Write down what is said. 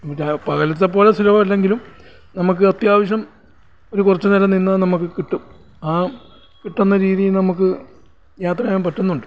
എന്നുവെച്ചാൽ പകലത്തേപ്പോലെ സുലഭമല്ലെങ്കിലും നമുക്ക് അത്യാവശ്യം ഒരു കുറച്ച് നേരം നിന്നാൽ നമുക്ക് കിട്ടും ആ കിട്ടുന്ന രീതിയിൽ നമുക്ക് യാത്ര ചെയ്യാൻ പറ്റുന്നുണ്ട്